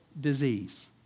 disease